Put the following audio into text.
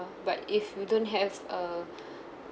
but if you don't have a